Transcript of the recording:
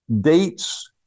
dates